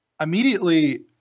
immediately